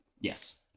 Yes